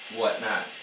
whatnot